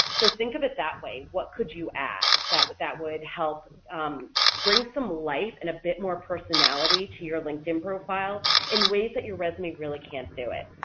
so think of it that way, what could you add that would that would help bring some life and a bit more personality to your linkedin profile in ways that you resume really can't do it?